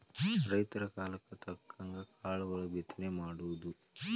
ರೈತರ ಕಾಲಕ್ಕ ತಕ್ಕಂಗ ಕಾಳುಗಳ ಬಿತ್ತನೆ ಮಾಡುದು